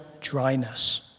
dryness